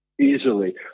easily